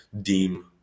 deem